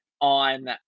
on